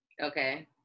Okay